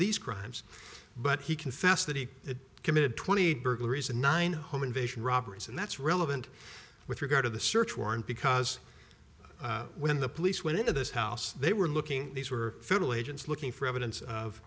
these crimes but he confessed that he committed twenty burglaries and nine home invasion robberies and that's relevant with regard to the search warrant because when the police went into this house they were looking these were federal agents looking for evidence of